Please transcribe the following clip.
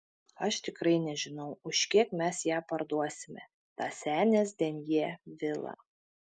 aš tikrai nežinau už kiek mes ją parduosime tą senės denjė vilą